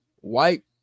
white